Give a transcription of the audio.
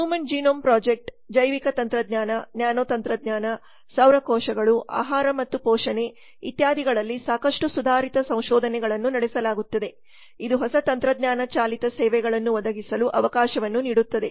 human genome project ಜೈವಿಕ ತಂತ್ರಜ್ಞಾನ ನ್ಯಾನೊತಂತ್ರಜ್ಞಾನ ಸೌರ ಕೋಶಗಳು ಆಹಾರ ಮತ್ತು ಪೋಷಣೆ ಇತ್ಯಾದಿಗಳಲ್ಲಿ ಸಾಕಷ್ಟು ಸುಧಾರಿತ ಸಂಶೋಧನೆಗಳನ್ನು ನಡೆಸಲಾಗುತ್ತಿದೆ ಇದು ಹೊಸ ತಂತ್ರಜ್ಞಾನ ಚಾಲಿತ ಸೇವೆಗಳನ್ನು ಒದಗಿಸಲು ಅವಕಾಶವನ್ನು ನೀಡುತ್ತದೆ